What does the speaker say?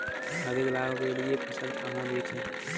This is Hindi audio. अधिक लाभ के लिए फसल कहाँ बेचें?